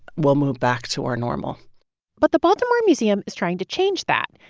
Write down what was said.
we'll move back to our normal but the baltimore museum is trying to change that.